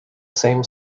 same